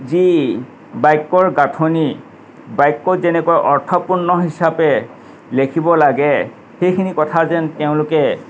যি বাক্যৰ গাঁঠনি বাক্যত যেনেকৈ অৰ্থপূৰ্ণ হিচাপে লেখিব লাগে সেইখিনি কথা যেন তেওঁলোকে